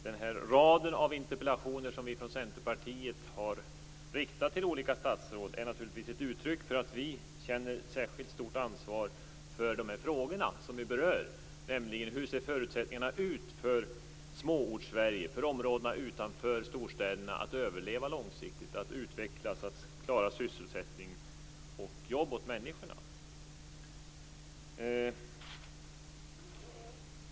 Den här raden av interpellationer som vi från Centerpartiet har riktat till olika statsråd är naturligtvis ett uttryck för att vi känner särskilt stort ansvar för de frågor som vi berör: Hur ser förutsättningarna ut för Småortssverige, områdena utanför storstäderna, att överleva långsiktigt, att utvecklas, att klara sysselsättning och jobb åt människorna?